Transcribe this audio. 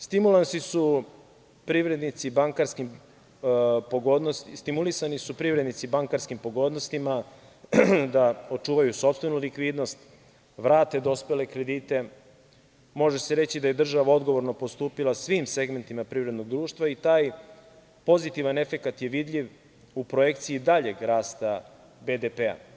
Stimulisani su privrednici bankarskim pogodnostima da očuvaju sopstvenu likvidnost, vrate dospele kredite, može se reći da je država odgovorno postupila svim segmentima privrednog društva i taj pozitivan efekat je vidljiv u projekciji daljeg rasta BDP-a.